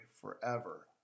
forever